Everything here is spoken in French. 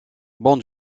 bon